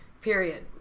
period